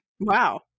Wow